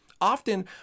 Often